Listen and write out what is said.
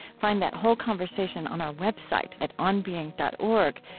find that whole conversation on our website at onbeing dot org,